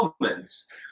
moments